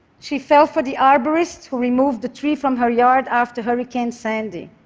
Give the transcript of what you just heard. she fell for the arborist who removed the tree from her yard after hurricane sandy.